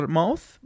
mouth